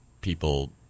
people